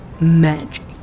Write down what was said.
magic